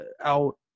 out